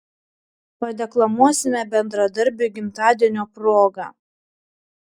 padeklamuosime bendradarbiui gimtadienio proga